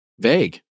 vague